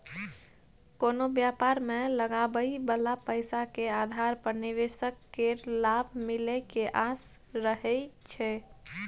कोनो व्यापार मे लगाबइ बला पैसा के आधार पर निवेशक केँ लाभ मिले के आस रहइ छै